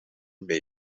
maar